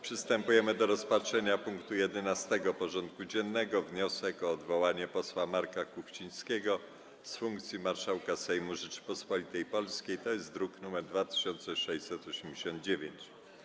Przystępujemy do rozpatrzenia punktu 11. porządku dziennego: Wniosek o odwołanie posła Marka Kuchcińskiego z funkcji marszałka Sejmu Rzeczypospolitej Polskiej (druk nr 2689)